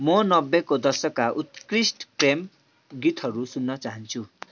म नब्बेको दशकका उत्कृष्ट प्रेम गीतहरू सुन्न चाहन्छु